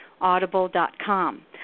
Audible.com